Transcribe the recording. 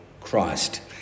Christ